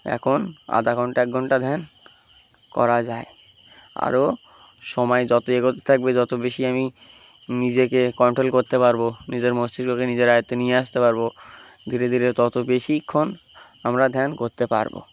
এখন আধা ঘণ্টা এক ঘণ্টা ধ্যান করা যায় আরও সময় যত এগোতে থাকবে তত বেশি আমি নিজেকে কন্ট্রোল করতে পারবো নিজের মস্তিষ্ককে নিজের আয়ত্বে নিয়ে আসতে পারবো ধীরে ধীরে তত বেশি ক্ষণ আমরা ধ্যান করতে পারবো